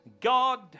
God